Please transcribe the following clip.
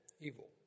evil